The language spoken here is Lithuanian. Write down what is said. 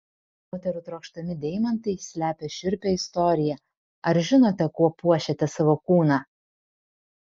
moterų trokštami deimantai slepia šiurpią istoriją ar žinote kuo puošiate savo kūną